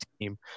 team